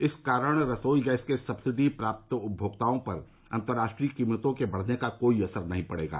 इस कारण रसोई गैस के सब्सिडी प्राप्त उपमोक्ताओं पर अंतर्राष्ट्रीय कीमतों के बढ़ने का कोई असर नहीं पड़ेगा